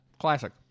Classic